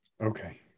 Okay